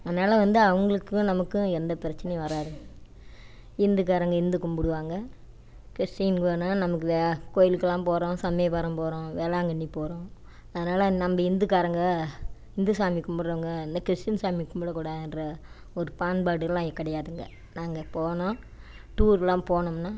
அதனால வந்து அவங்களுக்கு நமக்கும் எந்தப் பிரச்சினையும் வராதுங்க இந்துக்காரங்கள் இந்து கும்பிடுவாங்க கிறிஸ்டீன் போனால் நமக்கு கோயிலுக்கெலாம் போகிறோம் சமயபுரம் போகிறோம் வேளாங்கண்ணி போகிறோம் அதனால நம்ம இந்துக்காரங்கள் இந்து சாமி கும்பிட்றவங்க இந்த கிறிஸ்டீன் சாமி கும்பிடக்கூடாதுன்ற ஒரு பாண்பாடெலாம் கிடையாதுங்க நாங்கள் போனால் டூரெலாம் போனோம்னால்